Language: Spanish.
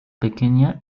pequeña